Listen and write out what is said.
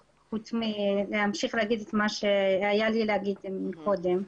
חוץ מלהמשיך להגיד את מה שהיה לי להגיד קודם.